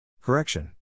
Correction